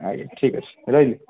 ଆଜ୍ଞା ଠିକ ଅଛି ରହିଲି